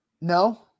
No